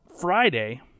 friday